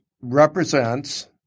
represents